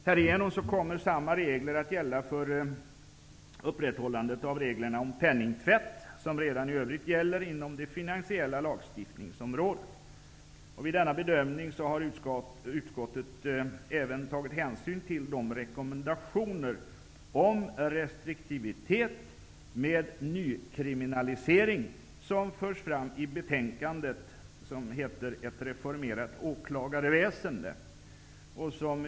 Härigenom kommer samma regler att gälla för upprätthållandet av reglerna om penningtvätt som redan i övrigt gäller inom det finansiella lagstiftningsområdet. Vid denna bedömning har utskottet även tagit hänsyn till de rekommendationer om restriktivitet med nykriminalisering som förts fram i betänkandet Ett reformerat åklagarväsende --.''